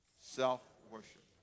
Self-worship